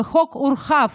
והחוק הורחב